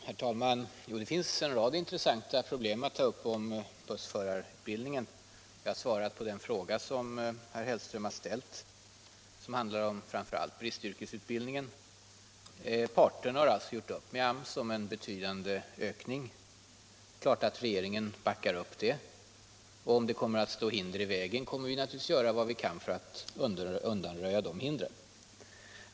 Herr talman! Det finns en rad intressanta problem att ta upp i samband Fredagen den med bussförarutbildningen. Jag har svarat på den fråga som herr Hell 18 februari 1977 ström har ställt och som framför allt handlar om bristyrkesutbildningen. —— Parterna har gjort upp med AMS om en betydande ökning av denna Om utbildningen av utbildning. Det är klart att regeringen backar upp detta, och om det bussförare uppstår hinder kommer vi naturligtvis att göra allt för att undanröja dessa.